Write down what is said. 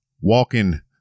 walking